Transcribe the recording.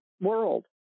world